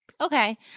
Okay